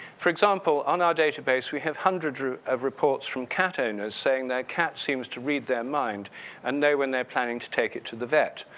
for example, on our database, we have hundreds of reports from cat owners saying their cat seems to read their mind and know when they're planning to take it to the vet,